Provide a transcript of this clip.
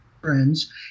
friends